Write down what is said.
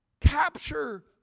capture